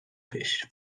fish